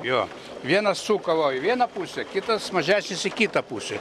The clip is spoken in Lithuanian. jo vienas suka va į vieną pusę kitas mažesnis į kitą pusę